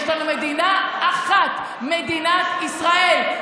יש לנו מדינה אחת, מדינת ישראל.